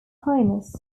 highness